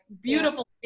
beautiful